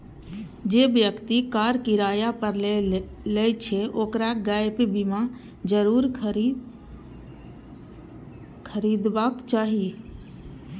जे व्यक्ति कार किराया पर लै छै, ओकरा गैप बीमा जरूर खरीदबाक चाही